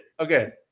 Okay